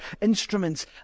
instruments